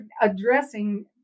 addressing